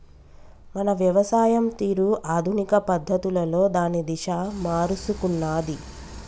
మన వ్యవసాయం తీరు ఆధునిక పద్ధతులలో దాని దిశ మారుసుకున్నాది